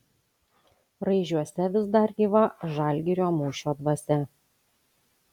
raižiuose vis dar gyva žalgirio mūšio dvasia